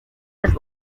his